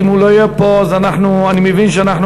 אם הוא לא יהיה פה אז אני מבין שאנחנו